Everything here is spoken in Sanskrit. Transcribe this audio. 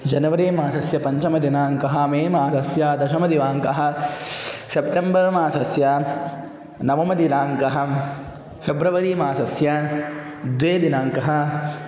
जनवरिमासस्य पञ्चमदिनाङ्कः मेमासस्य दशमदिवाङ्कः सेप्टेम्बर्मासस्य नवमदिनाङ्कः फ़ेब्रवरीमासस्य द्वेदिनाङ्कः